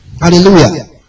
Hallelujah